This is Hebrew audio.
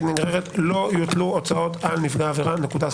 נגררת לא יוטלו הוצאות על נפגע עבירה נקודה,